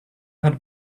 had